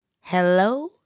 Hello